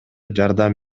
жардам